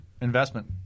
investment